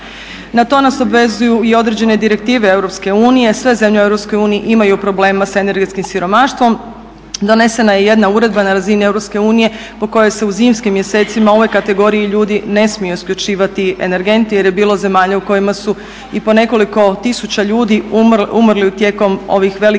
Na to nas obvezuju i određene direktive EU. Sve zemlje u EU imaju problema sa energetskim siromaštvom. Donesena je jedna uredba na razini EU po kojoj se u zimskim mjesecima ovoj kategoriji ljudi ne smiju isključivati energenti jer je bilo zemalja u kojima su i po nekoliko tisuća ljudi umrli tijekom ovih velikih